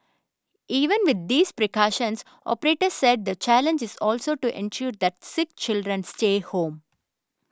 even with these precautions operators said the challenge is also to ensure that sick children stay home